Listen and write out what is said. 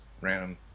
random